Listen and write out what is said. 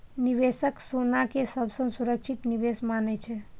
निवेशक सोना कें सबसं सुरक्षित निवेश मानै छै